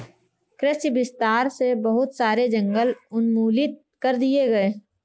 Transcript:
कृषि विस्तार से बहुत सारे जंगल उन्मूलित कर दिए गए